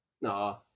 No